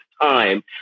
time